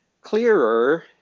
clearer